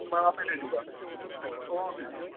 ਮੈਂ ਆਪੇ ਲੈ ਜਾਊਂਗਾ ਹਾਂ ਓਕੇ ਜੀ ਓਕੇ